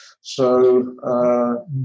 so-